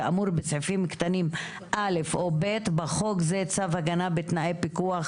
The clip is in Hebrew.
כאמור בסעיפים קטנים (א) או (ב) (בחוק זה צו הגנה בתנאי פיקוח